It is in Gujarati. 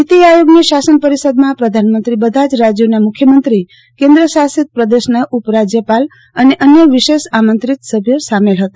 નીતી આયોગની શાસન પરિષદમાં પ્રધાનમંત્રી બધા રાજયોના મુખ્યમંત્રી કેન્દ્ર શાસિત પ્રદેશના ઉપ રાજયપાલ અને અન્ય વિશેષ આમંત્રિત સભ્યો સામેલ છે